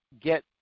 get